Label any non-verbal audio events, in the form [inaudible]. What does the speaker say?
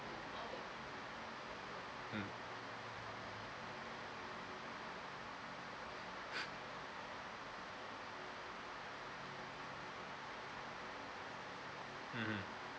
mm [breath] mmhmm